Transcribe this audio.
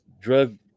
drug